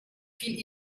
viel